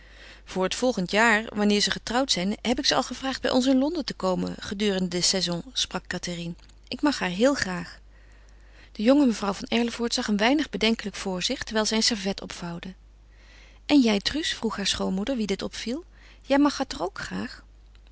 voor het volgende jaar wanneer ze getrouwd zijn heb ik ze al gevraagd bij ons in londen te komen gedurende den season sprak cathérine ik mag haar heel graag de jonge mevrouw van erlevoort zag een weinig bedenkelijk voor zich terwijl zij een servet opvouwde en jij truus vroeg haar schoonmoeder wie dit opviel jij mag haar toch ook graag